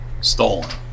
stolen